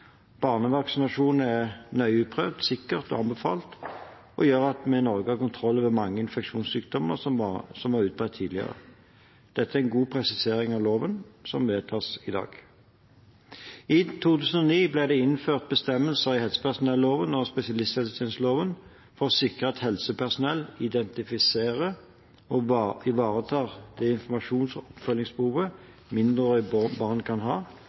Barnevaksinasjon er nøye utprøvd, sikkert og anbefalt og gjør at vi i Norge har kontroll over mange infeksjonssykdommer som var utbredt tidligere. Dette er en god presisering av loven, som vedtas i dag. I 2009 ble det innført bestemmelser i helsepersonelloven og spesialisthelsetjenesteloven for å sikre at helsepersonell identifiserer og ivaretar det informasjons- og oppfølgingsbehovet mindreårige barn kan ha